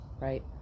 right